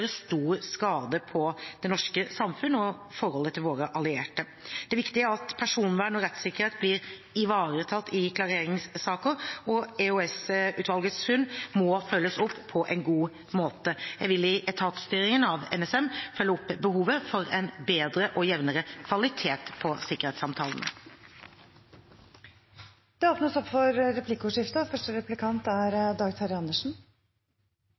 stor skade på det norske samfunnet og forholdet til våre allierte. Det er viktig at personvern og rettssikkerhet blir ivaretatt i klareringssaker, og EOS-utvalgets funn må følges opp på en god måte. Jeg vil i etatsstyringen av NSM følge opp behovet for en bedre og jevnere kvalitet på sikkerhetssamtalene. Det blir replikkordskifte. Takk for